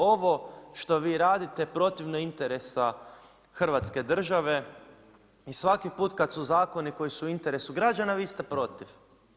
Ovo što vi radite protivno interesa Hrvatske države, i svaki put kad su zakoni u interesu građana vi ste protiv.